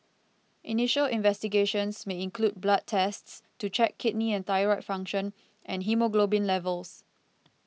initial investigations may include blood tests to check kidney and thyroid function and haemoglobin levels